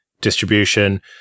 distribution